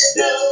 no